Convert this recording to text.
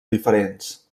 diferents